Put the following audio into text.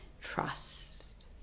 trust